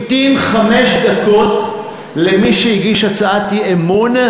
המתין חמש דקות למי שיגיש הצעת אי-אמון,